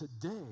today